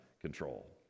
control